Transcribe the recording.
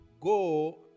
Go